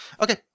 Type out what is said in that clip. Okay